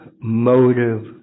motive